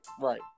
right